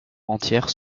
entières